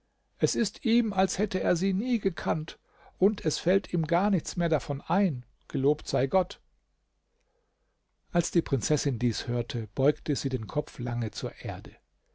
es ist ihm als hätte er sie nie gekannt und es fällt ihm gar nichts mehr davon ein gelobt sei gott als die prinzessin dies hörte beugte sie den kopf lange zur erde